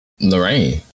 Lorraine